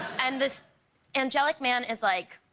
and this angelic man is, like,